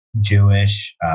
Jewish